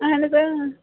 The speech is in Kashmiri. اَہَن حظ